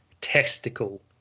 testicle